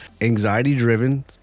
anxiety-driven